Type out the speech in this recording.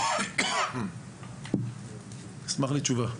אשמח לתשובה.